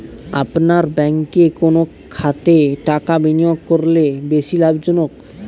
আপনার ব্যাংকে কোন খাতে টাকা বিনিয়োগ করলে বেশি লাভজনক?